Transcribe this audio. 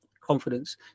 confidence